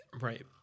Right